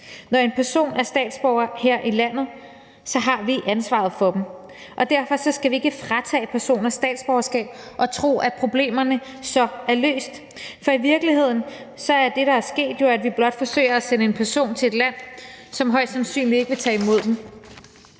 Når en person er statsborger her i landet, har vi ansvaret for vedkommende, og derfor skal vi ikke fratage personer statsborgerskab og tro, at problemerne så er løst, for i virkeligheden er det, der er sket jo, at vi blot forsøger at sende en person til et land, som højst sandsynligt ikke vil tage imod